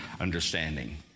understanding